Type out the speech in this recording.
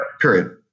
Period